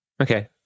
Okay